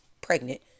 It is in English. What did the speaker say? pregnant